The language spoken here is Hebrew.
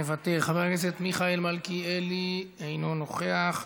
מוותר, חבר הכנסת מיכאל מלכיאלי, אינו נוכח.